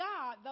God